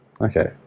Okay